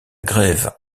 grève